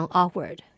awkward